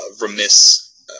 remiss